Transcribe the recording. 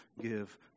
give